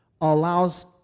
allows